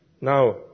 Now